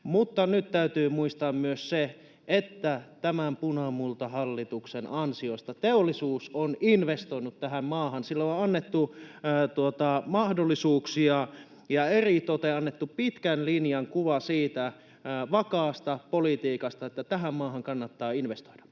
Nyt täytyy muistaa myös se, että tämän punamultahallituksen ansiosta teollisuus on investoinut tähän maahan. Sille on annettu mahdollisuuksia ja eritoten annettu pitkän linjan kuva siitä vakaasta politiikasta, että tähän maahan kannattaa investoida.